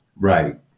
Right